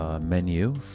Menu